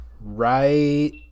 Right